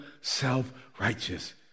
self-righteous